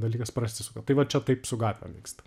dalykas prasisuka tai va čia taip su gatvėm vyksta